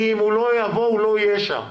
כי אם הוא לא יבוא הוא לא יהיה שם,